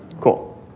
Cool